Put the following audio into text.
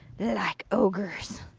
like ogres.